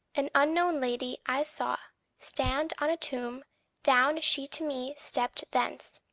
an unknown lady i saw stand on a tomb down she to me stepped thence.